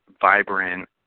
vibrant